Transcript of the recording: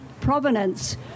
provenance